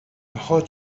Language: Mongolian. нохой